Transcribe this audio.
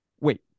Wait